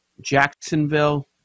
Jacksonville